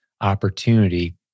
opportunity